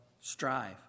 strive